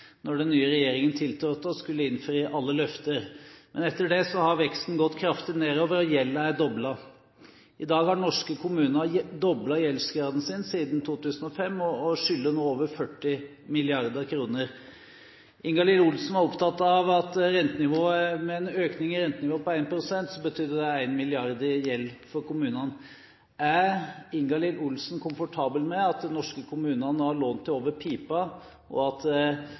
den nye regjeringen tiltrådte og skulle innfri alle løfter. Men etter det har veksten gått kraftig nedover, og gjelden er doblet – i dag har norske kommuner doblet gjeldsgraden sin siden 2005 og skylder nå over 40 mrd. kr. Ingalill Olsen var opptatt av at en økning i rentenivået på 1 pst. betyr 1 mrd. kr mer i gjeld for kommunene. Er Ingalill Olsen komfortabel med at norske kommuner har lån til over pipa, og at